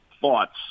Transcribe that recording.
thoughts